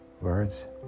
words